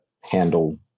handle